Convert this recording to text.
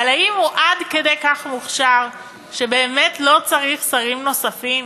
אבל האם הוא עד כדי כך מוכשר שבאמת לא צריך שרים נוספים?